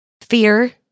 Fear